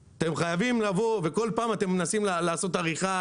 כל פעם אתם מנסים לעשות עריכה,